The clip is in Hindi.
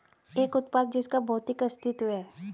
एक उत्पाद जिसका भौतिक अस्तित्व है?